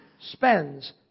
spends